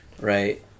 Right